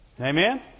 Amen